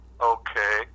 Okay